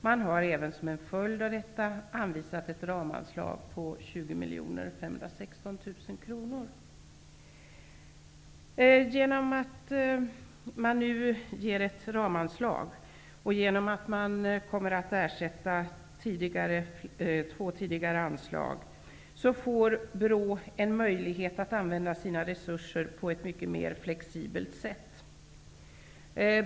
Man har även som en följd av detta anvisat ett ramanslag om Genom att man nu anvisar ett ramanslag, som kommer att ersätta två tidigare anslag, får BRÅ en möjlighet att använda sina resurser på ett mycket mer flexibelt sätt.